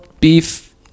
beef